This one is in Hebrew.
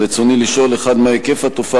רצוני לשאול: 1. מה הוא היקף התופעה